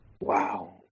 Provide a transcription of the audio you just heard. wow